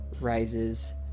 rises